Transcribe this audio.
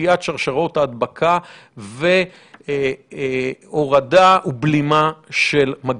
קטיעת שרשראות הדבקה והורדה או בלימה של המגפה.